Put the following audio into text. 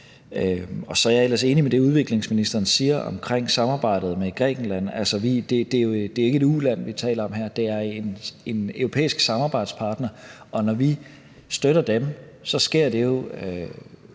Så er jeg ellers enig i det, udviklingsministeren siger om samarbejdet med i Grækenland. Det er jo ikke et uland, vi taler om her. Det er en europæisk samarbejdspartner, og når vi støtter dem, sker det jo